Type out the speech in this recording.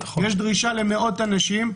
יש דרישה למאות אנשים,